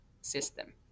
system